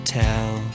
tell